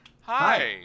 Hi